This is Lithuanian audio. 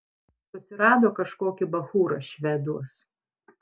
susirado kažkokį bachūrą šveduos